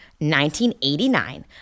1989